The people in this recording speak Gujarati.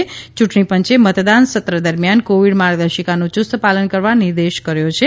યૂંટણી પંચે મતદાન સત્ર દરમિયાન કોવિડ માર્ગદર્શિકાનું યુસ્ત પાલન કરવા નિર્દેશ કર્યો હતો